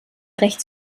rechts